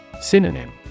Synonym